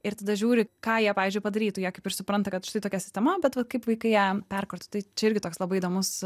ir tada žiūri ką jie pavyzdžiui padarytų jie kaip ir supranta kad štai tokia sistema bet vat kaip vaikai ją perkurtų tai čia irgi toks labai įdomus